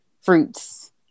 fruits